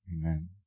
Amen